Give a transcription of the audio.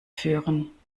führen